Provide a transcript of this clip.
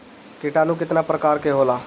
किटानु केतना प्रकार के होला?